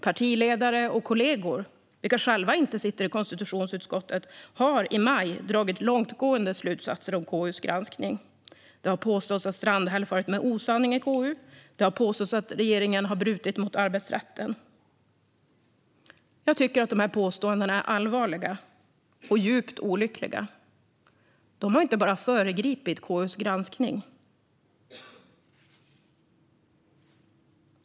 Partiledare och kollegor som själva inte sitter i konstitutionsutskottet har i maj dragit långtgående slutsatser om KU:s granskning. Det har påståtts att Strandhäll farit med osanning i KU. Det har påståtts att regeringen brutit mot arbetsrätten. Jag tycker att dessa påståenden är allvarliga och djupt olyckliga. De har inte bara föregripit KU:s granskning.